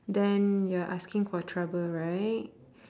then you're asking for trouble right